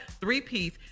three-piece